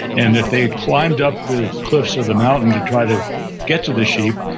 and if they climbed up the cliffs of the mountain to try to get to the sheep,